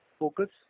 focus